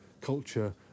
culture